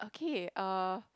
okay uh